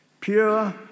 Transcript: pure